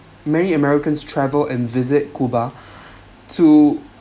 many americans travel and visit cuba to